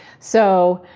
so,